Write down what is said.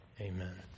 Amen